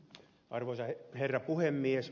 arvoisa herra puhemies